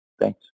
Thanks